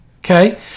Okay